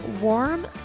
Warm